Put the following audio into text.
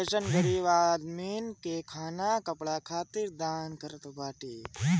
foundation गरीब आदमीन के खाना कपड़ा खातिर दान करत बाटे